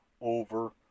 over